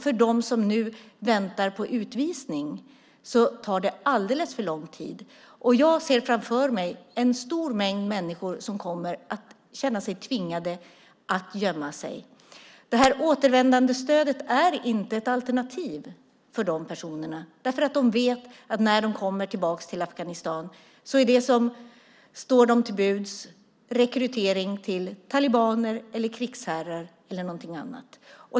För dem som nu väntar på utvisning tar det alldeles för lång tid. Jag ser framför mig en stor mängd människor som kommer att känna sig tvingade att gömma sig. Återvändandestödet är inte ett alternativ för de personerna, för de vet att när de kommer tillbaka till Afghanistan är det som står dem till buds rekrytering till talibaner, krigsherrar eller något annat.